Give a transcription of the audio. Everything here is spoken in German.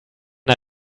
der